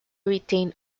retain